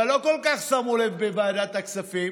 אבל לא כל כך שמו לב בוועדת הכספים